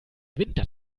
winter